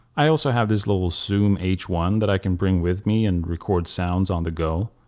i also have this little zoom h one that i can bring with me and record sounds on the go.